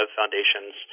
foundations